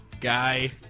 guy